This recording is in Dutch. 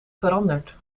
veranderd